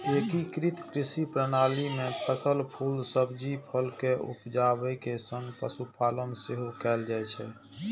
एकीकृत कृषि प्रणाली मे फसल, फूल, सब्जी, फल के उपजाबै के संग पशुपालन सेहो कैल जाइ छै